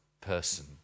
person